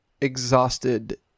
exhausted